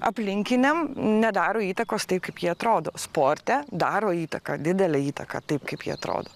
aplinkiniam nedaro įtakos tai kaip jie atrodo sporte daro įtaką didelę įtaką taip kaip jie atrodo